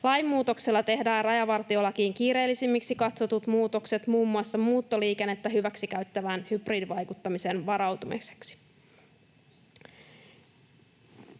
Lainmuutoksella tehdään rajavartiolakiin kiireellisimmiksi katsotut muutokset, muun muassa muuttoliikennettä hyväksikäyttävään hybridivaikuttamiseen varautumiseksi.